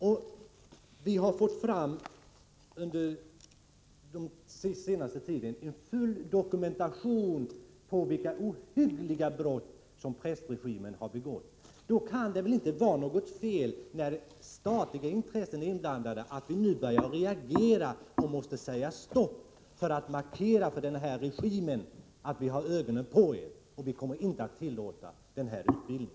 Under den senaste tiden har vi fått fram en full dokumentation på vilka ohyggliga brott prästregimen har begått. Då kan det väl inte vara något fel att vi börjar agera, när statliga intressen är inblandade, och att vi säger stopp just för att markera för regimen att vi har ögonen på den och inte kommer att tillåta denna utbildning.